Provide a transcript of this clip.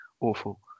awful